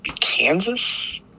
Kansas